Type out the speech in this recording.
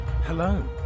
Hello